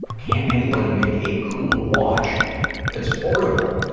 but can't anybody make a cool watch that's affordable?